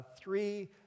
three